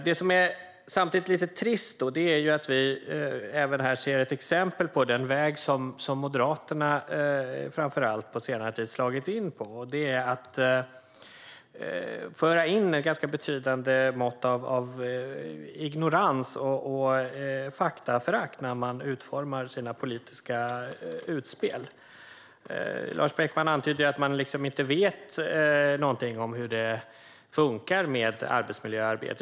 Det som samtidigt är lite trist är att vi även ser ett exempel på den väg som framför allt Moderaterna på senare tid har slagit in på, som innebär att man för in ett ganska betydande mått av ignorans och faktaförakt när man utformar sina politiska utspel. Lars Beckman antydde att man inte vet någonting om hur det funkar med arbetsmiljöarbetet.